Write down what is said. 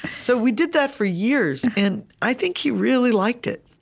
so we did that for years, and i think he really liked it.